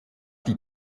die